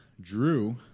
Drew